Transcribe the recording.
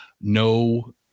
no